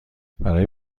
برای